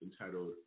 entitled